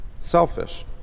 selfish